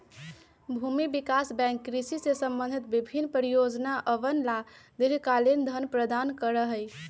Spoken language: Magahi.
भूमि विकास बैंक कृषि से संबंधित विभिन्न परियोजनअवन ला दीर्घकालिक धन प्रदान करा हई